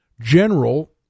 general